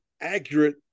accurate